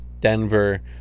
Denver